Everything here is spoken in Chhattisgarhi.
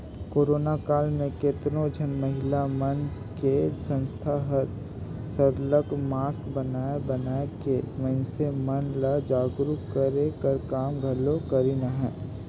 करोना काल म केतनो झन महिला मन के संस्था मन हर सरलग मास्क बनाए बनाए के मइनसे मन ल जागरूक करे कर काम घलो करिन अहें